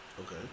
Okay